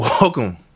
welcome